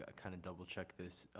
ah kind of double check this.